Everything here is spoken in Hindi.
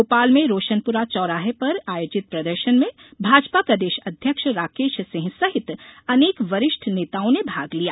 भोपाल में रोशनपुरा चौराहे पर आयोजित प्रदर्शन में भाजपा प्रदेश अध्यक्ष राकेश सिंह सहित अनेक वरिष्ठ नेताओं ने भाग लिया